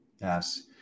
Yes